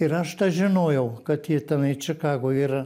ir aš tą žinojau kad jie tenai čikagoj yra